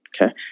okay